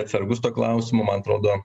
atsargus tuo klausimu man atrodo